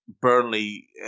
Burnley